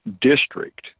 district